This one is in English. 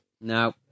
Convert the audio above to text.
No